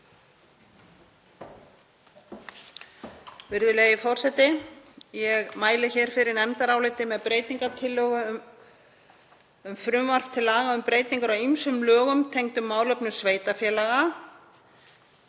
Virðulegi forseti. Ég mæli hér fyrir nefndaráliti með breytingartillögu um frumvarp til laga um breytingar á ýmsum lögum tengdum málefnum sveitarfélaga